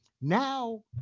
Now